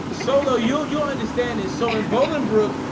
solo you you understand is so in bolingbrook.